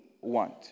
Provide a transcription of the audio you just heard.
want